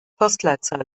postleitzahl